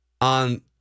on